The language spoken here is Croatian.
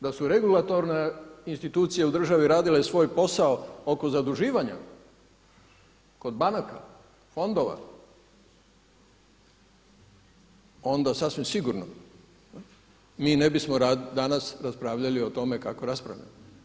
Da su regulatorne institucije u državi radile svoj posao oko zaduživanja kod banaka, fondova, onda sasvim sigurno mi ne bismo danas raspravljali o tome kako raspravljamo.